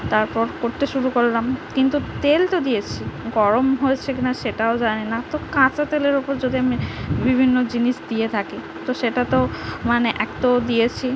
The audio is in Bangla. তারপর করতে শুরু করলাম কিন্তু তেল তো দিয়েছি গরম হয়েছে কিনা সেটাও জানি না তো কাঁচা তেলের ওপর যদি আমি বিভিন্ন জিনিস দিয়ে থাকি তো সেটা তো মানে এক তো দিয়েছি